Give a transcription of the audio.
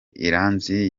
iranzi